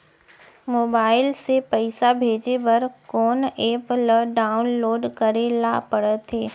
Mobile से पइसा भेजे बर कोन एप ल डाऊनलोड करे ला पड़थे?